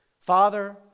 father